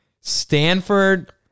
Stanford